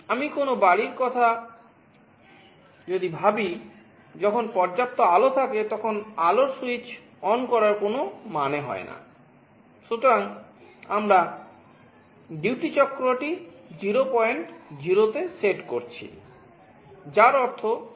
আপনি কোনও বাড়ির কথা ভাবেন যখন পর্যাপ্ত আলো থাকে তখন আলোর স্যুইচ অন করা আছে